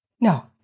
No